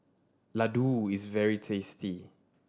ladoo is very tasty